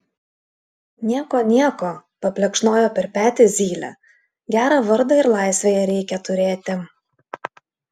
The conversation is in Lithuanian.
nieko nieko paplekšnojo per petį zylė gerą vardą ir laisvėje reikia turėti